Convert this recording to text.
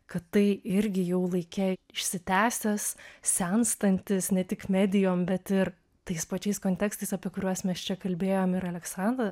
kad tai irgi jau laike išsitęsęs senstantis ne tik medijom bet ir tais pačiais kontekstas apie kuriuos mes čia kalbėjom ir aleksandra